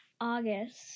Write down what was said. August